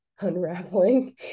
unraveling